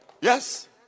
Yes